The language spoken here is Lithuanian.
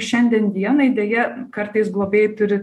šiandien dienai deja kartais globėjai turi